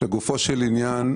לגופו של עניין,